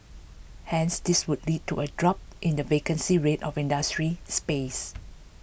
hence this would lead to a drop in the vacancy rate of industrial space